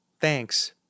Thanks